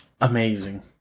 amazing